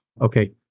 Okay